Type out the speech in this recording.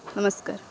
ନମସ୍କାର୍